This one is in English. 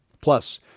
plus